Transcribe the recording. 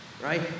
right